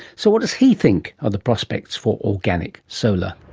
so what does he think are the prospects for organic solar?